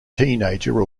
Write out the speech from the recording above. teenager